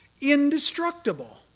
indestructible